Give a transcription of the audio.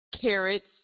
carrots